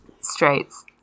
Straits